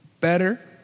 better